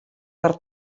per